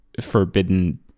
forbidden